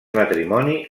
matrimoni